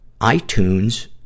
iTunes